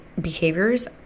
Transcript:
behaviors